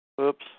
Oops